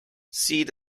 seed